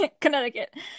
Connecticut